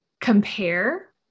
compare